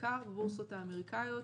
בעיקר בבורסות האמריקניות,